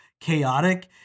chaotic